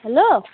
hello